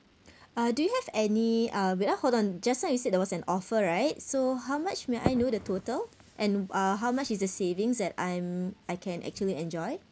uh do you have any uh wait ah hold on just now you said there was an offer right so how much may I know the total and uh how much is the savings that I'm I can actually enjoy